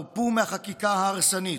הרפו מהחקיקה ההרסנית.